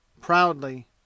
proudly